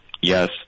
yes